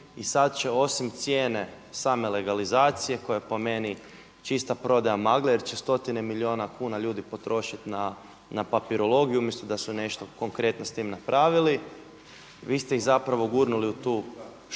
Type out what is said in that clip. i sad će osim cijene same legalizacije koja je po meni čista prodaja magle jer će stotine milijuna kuna ljudi potrošiti na papirologiju umjesto da su nešto konkretno s time napravili vi ste ih zapravo gurnuli u tu